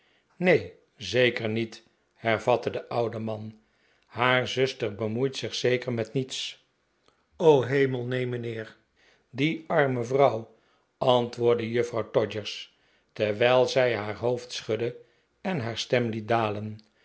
neen r zeker niet hervatte de oude man haar zuster bemoeit zich zeker met niets hemel neen mijnheer die arme vrouw antwoordde juffrouw todgers terwel zij haar hopfd schudde en haar stem liet dalen